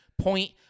point